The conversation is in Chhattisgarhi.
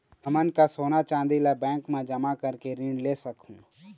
हमन का सोना चांदी ला बैंक मा जमा करके ऋण ले सकहूं?